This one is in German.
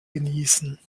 genießen